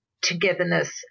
togetherness